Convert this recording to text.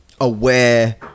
aware